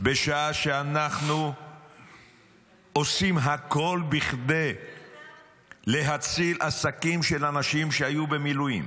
בשעה שאנחנו עושים הכול כדי להציל עסקים של אנשים שהיו במילואים,